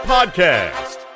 Podcast